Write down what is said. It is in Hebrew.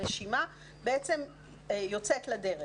הרשימה יוצאת לדרך.